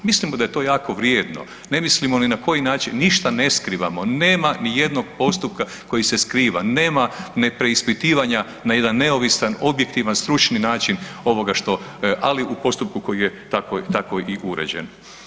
Mislimo da je to jako vrijedno, ne mislimo ni na koji način, ništa ne skrivamo, nema nijednog postupka koji se skriva, nema preispitivanja na jedan neovisan, objektivan, stručni način ovoga što, ali u postupku koji je tako i uređen.